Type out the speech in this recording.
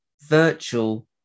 virtual